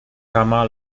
kama